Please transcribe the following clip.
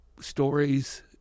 stories